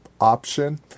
option